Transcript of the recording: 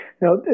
Now